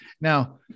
Now